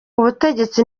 ubutegetsi